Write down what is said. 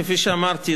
כפי שאמרתי,